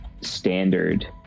standard